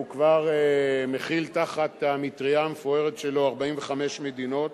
וכבר מכיל תחת המטרייה המפוארת שלו 45 מדינות.